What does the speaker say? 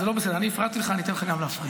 זה לא בסדר, אני הפרעתי לך, אני אתן לך גם להפריע.